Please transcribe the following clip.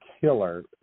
killer